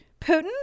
Putin